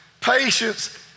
patience